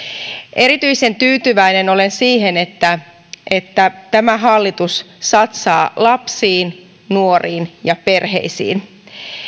erityisen tyytyväinen olen siihen että että tämä hallitus satsaa lapsiin nuoriin ja perheisiin